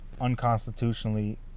unconstitutionally